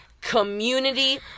community